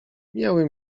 mijały